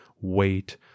weight